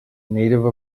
native